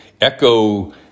echo